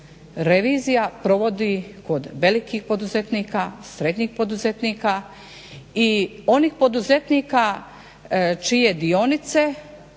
revizija provodi kod velikih poduzetnika, srednjih poduzetnika i onih poduzetnika čije dionice